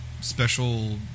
special